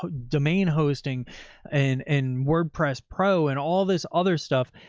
ah domain hosting and and wordpress pro and all this other stuff,